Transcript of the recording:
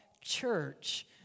church